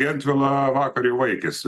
gentvilą vakar jau vaikėsi